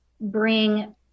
bring